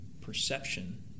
perception